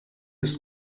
ist